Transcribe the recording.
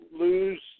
lose